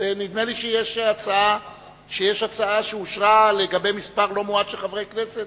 שיש הצעה שאושרה לגבי מספר לא מועט של חברי כנסת